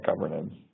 governance